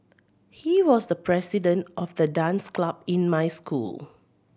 he was the president of the dance club in my school